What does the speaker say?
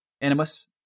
animus